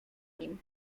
nim